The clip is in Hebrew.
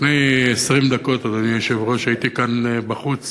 לפני 20 דקות, אדוני היושב-ראש, הייתי כאן בחוץ